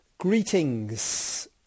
Greetings